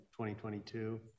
2022